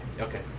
Okay